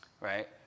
right